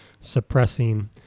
suppressing